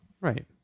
Right